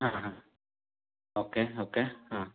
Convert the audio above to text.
ಹಾಂ ಹಾಂ okay okay ಹಾಂ